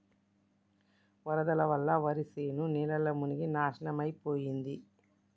వరదల వల్ల వరిశేను నీళ్లల్ల మునిగి నాశనమైపోయింది